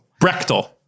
Brechtel